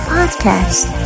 Podcast